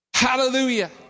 Hallelujah